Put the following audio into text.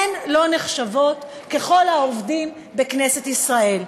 הן לא נחשבות ככל העובדים בכנסת ישראל.